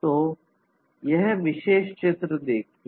तो यह विशेष चित्र देखिए